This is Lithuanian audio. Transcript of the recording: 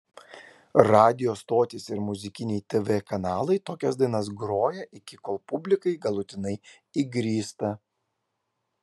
radijo stotys ir muzikiniai tv kanalai tokias dainas groja iki kol publikai galutinai įgrysta